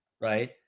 Right